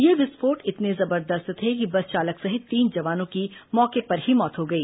ये विस्फोट इतने जबरदस्त थे कि बस चालक सहित तीन जवानों की मौके पर ही मौत हो गई